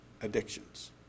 addictions